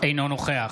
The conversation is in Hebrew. אינו נוכח